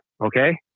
Okay